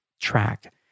track